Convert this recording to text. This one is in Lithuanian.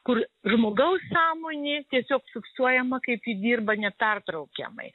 kur žmogaus sąmonė tiesiog fiksuojama kaip ji dirba nepertraukiamai